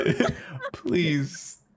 Please